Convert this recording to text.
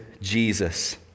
Jesus